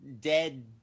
dead